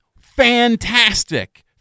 fantastic